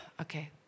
Okay